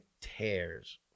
tears